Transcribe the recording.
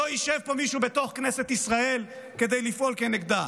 לא ישב פה מישהו בתוך כנסת ישראל כדי לפעול כנגדה.